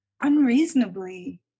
unreasonably